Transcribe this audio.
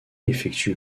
effectue